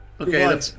Okay